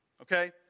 okay